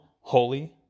Holy